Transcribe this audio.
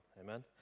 amen